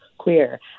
queer